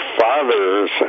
fathers